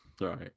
Right